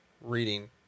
reading